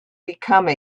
become